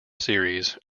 series